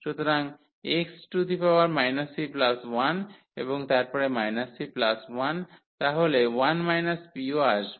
সুতরাং x p1 এবং তারপরে p1 তাহলে 1 p ও আসবে